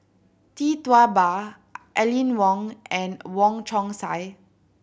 Tee Tua Ba Aline Wong and Wong Chong Sai